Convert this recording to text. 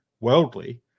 worldly